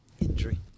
injury